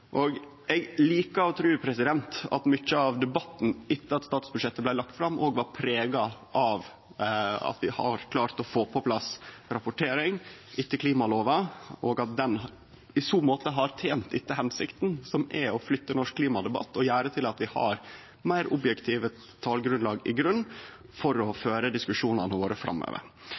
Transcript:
statsbudsjettet. Eg liker å tru at mykje av debatten etter at statsbudsjettet blei lagt fram, òg var prega av at vi har klart å få på plass rapportering etter klimalova, og at ho i så måte har tent etter hensikta, som er å flytte norsk klimadebatt og gjere at vi har meir objektive talgrunnlag for å føre diskusjonane våre framover.